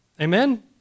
Amen